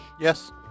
Yes